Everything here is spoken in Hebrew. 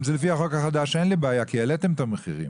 אם זה לפי החוק החדש אין לי בעיה כי העליתם את המחירים.